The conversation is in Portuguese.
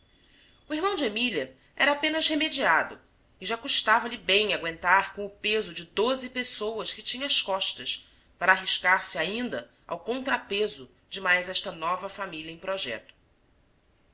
o irmão de emília era apenas remediado e já custava-lhe bem agüentar com o peso de doze pessoas que tinha às costas para arriscar se ainda ao contrapeso de mais esta nova família em projeto